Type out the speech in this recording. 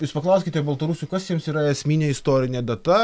jūs paklauskite baltarusių kas jiems yra esminė istorinė data